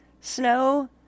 Snow